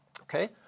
Okay